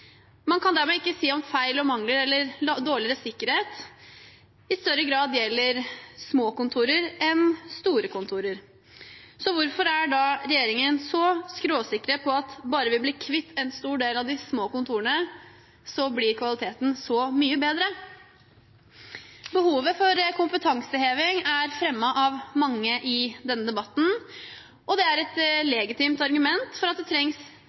Man kan dermed ikke si om feil og mangler eller dårligere sikkerhet i større grad gjelder små kontor enn store. Hvorfor er da regjeringen så skråsikker på at bare vi blir kvitt en stor del av de små kontorene, blir kvaliteten så mye bedre? Behovet for kompetanseheving er fremmet av mange i denne debatten, og det er et legitimt argument for at det trengs